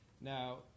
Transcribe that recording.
Now